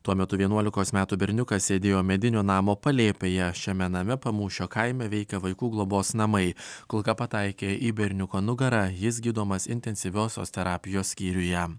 tuo metu vienuolikos metų berniukas sėdėjo medinio namo palėpėje šiame name pamūšio kaime veikia vaikų globos namai kulka pataikė į berniuko nugarą jis gydomas intensyviosios terapijos skyriuje